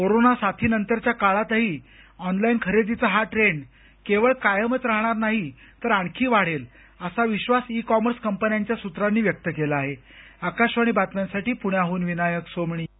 corona साथीनंतरच्या काळातही online खरेदीचा हा ट्रेंड केवळ कायमच राहणार नाही तर आणखी वाढेल असा विश्वास इ कॉमर्स कंपन्यांच्या सूत्रांनी व्यक्त केला आकाशवाणी बातम्यांसाठी विनायक सोमणी पुणे